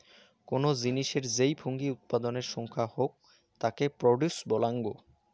কোনো জিনিসের যেই ফুঙ্গি উৎপাদনের সংখ্যা হউক তাকে প্রডিউস বলাঙ্গ